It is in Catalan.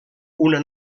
una